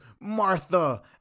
martha